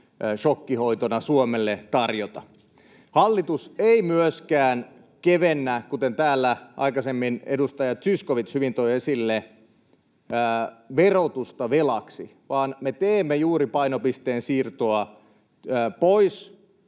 šokkihoitona Suomelle tarjota. Hallitus ei myöskään kevennä, kuten täällä aikaisemmin edustaja Zyskowicz hyvin toi esille, verotusta velaksi, vaan me teemme juuri painopisteen siirtoa pois